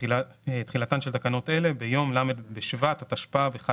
ותחילה תחילתן של תקנות אלה ביום ל' בשבט התשפ"ב (1